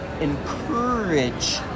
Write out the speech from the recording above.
encourage